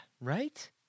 right